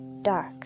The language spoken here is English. Dark